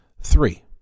Three